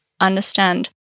understand